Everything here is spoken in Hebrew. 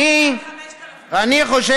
עד שתהיה פרשת 5000 או משהו כזה.